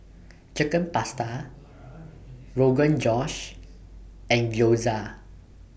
Chicken Pasta Rogan Josh and Gyoza